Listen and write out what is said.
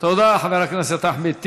תודה לחבר הכנסת אחמד טיבי.